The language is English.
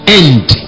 end